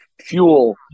Fuel